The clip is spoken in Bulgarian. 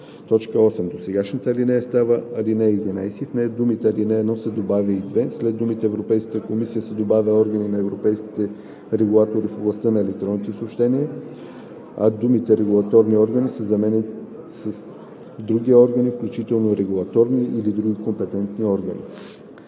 8. Досегашната ал. 9 става ал. 11 и в нея след думите „ал. 1“ се добавя „и 2“, след думите „Европейската комисия“ се добавя „Органа на европейските регулатори в областта на електронните съобщения“, а думите „регулаторни органи“ се заменят с „други органи, включително регулаторни или други компетентни органи“.